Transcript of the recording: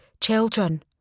children